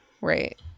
right